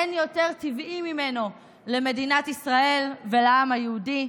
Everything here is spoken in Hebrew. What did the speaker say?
אין טבעי יותר ממנו לעם ישראל ולעם היהודי.